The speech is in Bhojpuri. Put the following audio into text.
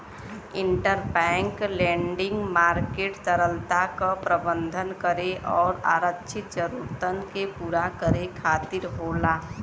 इंटरबैंक लेंडिंग मार्केट तरलता क प्रबंधन करे आउर आरक्षित जरूरतन के पूरा करे खातिर होला